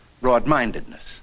broad-mindedness